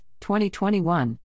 2021